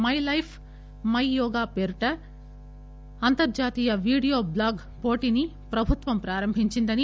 my life my yoga పేరుతో అంతర్జాతీయ video blog పోటీని ప్రభుత్వం ప్రారంభించిందని